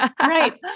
Right